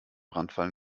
brandfall